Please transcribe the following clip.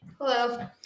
Hello